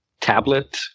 tablet